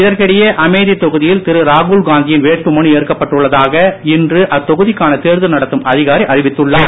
இதற்கிடையே அமேதி தொகுதியில் திரு ராகுல்காந்தியின் வேட்புமனு ஏற்கப்பட்டுள்ளதாக இன்று அத்தொகுதிக்கான தேர்தல் நடத்தும் அதிகாரி அறிவித்துள்ளார்